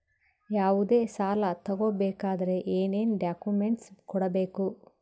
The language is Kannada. ಯಾವುದೇ ಸಾಲ ತಗೊ ಬೇಕಾದ್ರೆ ಏನೇನ್ ಡಾಕ್ಯೂಮೆಂಟ್ಸ್ ಕೊಡಬೇಕು?